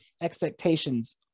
expectations